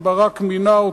שברק מינה,